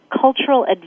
cultural